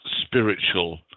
spiritual